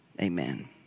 Amen